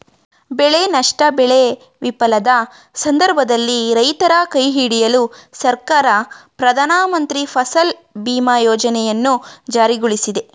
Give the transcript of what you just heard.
ಬೆಳೆ ನಷ್ಟ ಬೆಳೆ ವಿಫಲದ ಸಂದರ್ಭದಲ್ಲಿ ರೈತರ ಕೈಹಿಡಿಯಲು ಸರ್ಕಾರ ಪ್ರಧಾನಮಂತ್ರಿ ಫಸಲ್ ಬಿಮಾ ಯೋಜನೆಯನ್ನು ಜಾರಿಗೊಳಿಸಿದೆ